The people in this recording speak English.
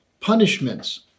punishments